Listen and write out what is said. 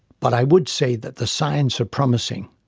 but i would say that the signs are promising.